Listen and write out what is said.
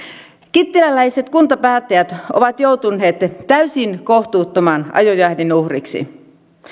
kittiläläiset kuntapäättäjät ovat joutuneet täysin kohtuuttoman ajojahdin uhriksi